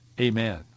Amen